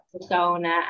persona